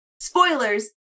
Spoilers